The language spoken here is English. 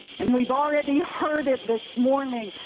and we've already heard it this morning.